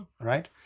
right